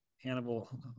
Hannibal